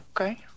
okay